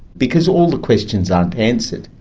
because all the questions aren't answered,